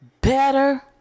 Better